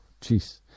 jeez